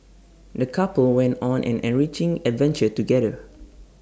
the couple went on an enriching adventure together